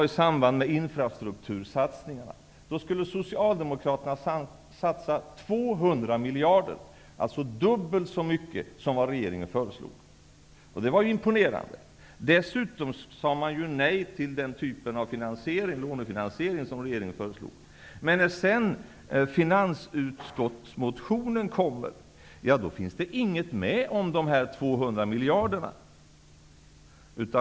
I samband med infrastruktursatsningarna skulle Socialdemokraterna satsa 200 miljarder, alltså dubbelt så mycket som regeringen föreslog. Det var imponerande. Dessutom sade man nej till den lånefinansiering som regeringen föreslog. När sedan Socialdemokraternas motion kom in till finansutskottet fanns där inget med om de 200 miljarderna.